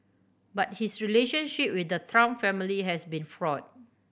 but his relationship with the Trump family has been fraught